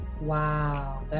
Wow